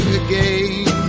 again